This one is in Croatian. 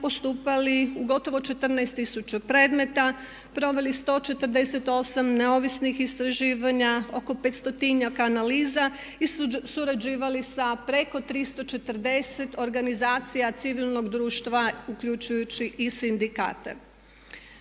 postupali u gotovo 14 tisuća predmeta, proveli 148 neovisnih istraživanja, oko 500-tinjak analiza i surađivali sa preko 340 organizacija civilnog društva uključujući i sindikate.